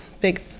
big